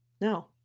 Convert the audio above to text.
No